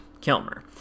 Kilmer